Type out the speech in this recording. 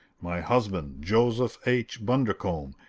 my husband, joseph h. bundercombe,